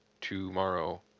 tomorrow